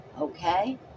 okay